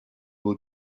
will